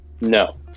No